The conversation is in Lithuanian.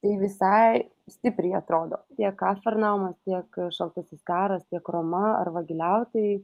tai visai stipriai atrodo tiek kafarnaumas tiek šaltasis karas tiek roma ar vagiliautojai